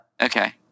Okay